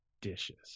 Dishes